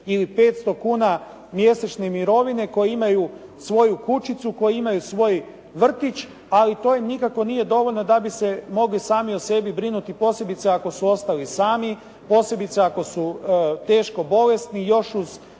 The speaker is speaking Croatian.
ili 500 kuna mjesečne mirovine, koji imaju svoju kućicu, koji imaju svoj vrtić ali to im nikako nije dovoljno da bi se mogli sami o sebi brinuti posebice ako su ostali sami, posebice ako su teško bolesni još uz